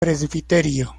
presbiterio